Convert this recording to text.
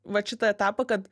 vat šitą etapą kad